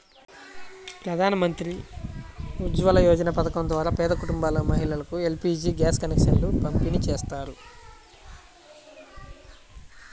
ప్రధాన్ మంత్రి ఉజ్వల యోజన పథకం ద్వారా పేద కుటుంబాల మహిళలకు ఎల్.పీ.జీ గ్యాస్ కనెక్షన్లను పంపిణీ చేస్తారు